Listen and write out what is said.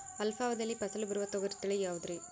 ಅಲ್ಪಾವಧಿಯಲ್ಲಿ ಫಸಲು ಬರುವ ತೊಗರಿ ತಳಿ ಯಾವುದುರಿ?